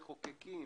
המחוקקים,